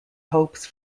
hopes